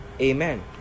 amen